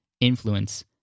influence